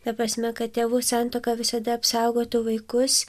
ta prasme kad tėvų santuoka visada apsaugotų vaikus